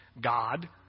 God